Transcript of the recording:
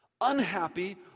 Unhappy